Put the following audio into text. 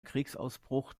kriegsausbruch